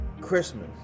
Christmas